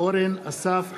אורן אסף חזן,